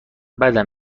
بدم